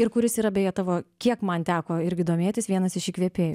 ir kuris yra beje tavo kiek man teko irgi domėtis vienas iš įkvėpėjų